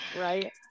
right